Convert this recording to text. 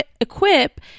equip